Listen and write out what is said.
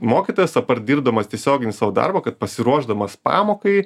mokytojas apart dirbdamas tiesioginį savo darbą kad pasiruošdamas pamokai